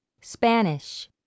Spanish